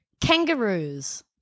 Kangaroos